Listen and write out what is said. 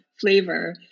flavor